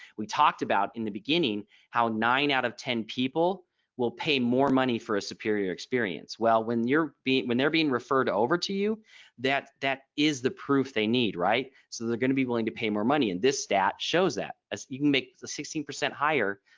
we talked about in the beginning how nine out of ten people will pay more money for a superior experience. well when you're beat when they're being referred to over to you that that is the proof they need. right. so they're going to be willing to pay more money and this stat shows that you can make the sixteen percent higher.